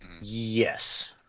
yes